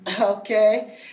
okay